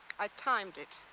i timed it.